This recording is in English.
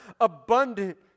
abundant